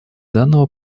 данного